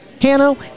Hanno